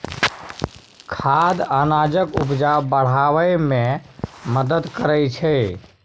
खाद अनाजक उपजा बढ़ाबै मे मदद करय छै